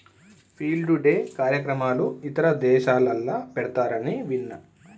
field day కార్యక్రమాలు ఇతర దేశాలల్ల పెడతారని విన్న